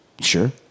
Sure